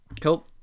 Cool